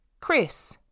Chris